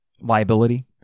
liability